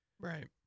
right